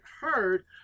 heard